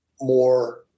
more